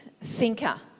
thinker